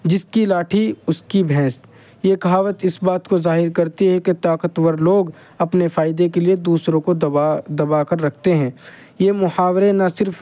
جس کی لاٹھی اس کی بھینس یہ کہاوت اس بات کو ظاہر کرتی ہے کہ طاقت ور لوگ اپنے فائدے کے لیے دوسروں کو دبا دبا کر رکھتے ہیں یہ محاورے نہ صرف